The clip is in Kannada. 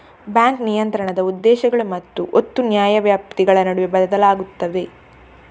ಬ್ಯಾಂಕ್ ನಿಯಂತ್ರಣದ ಉದ್ದೇಶಗಳು ಮತ್ತು ಒತ್ತು ನ್ಯಾಯವ್ಯಾಪ್ತಿಗಳ ನಡುವೆ ಬದಲಾಗುತ್ತವೆ